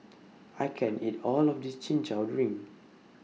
I can't eat All of This Chin Chow Drink